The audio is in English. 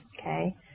Okay